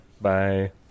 bye